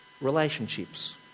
relationships